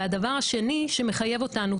הדבר השני שמחייב אותנו,